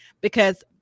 because-